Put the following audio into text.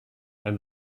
and